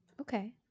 Okay